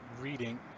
reading